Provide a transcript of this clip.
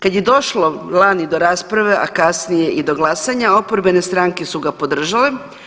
Kada je došlo lani do rasprave, a kasnije i do glasanja oporbene stranke su ga podržale.